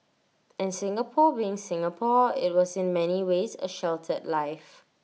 and Singapore being Singapore IT was in many ways A sheltered life